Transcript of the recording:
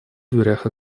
дверях